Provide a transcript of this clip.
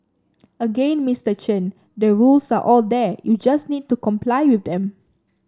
again Mister Chen the rules are all there you just need to comply with them